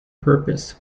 purpose